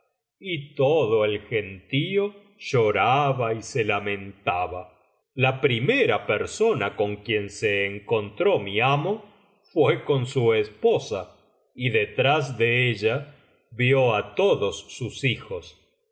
y todo el gentío lloraba y se lamentaba la primera persona con quien se encontró mi amo fué con su esposa y detrás de ella vio á todos sus hijos